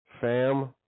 Fam